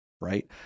right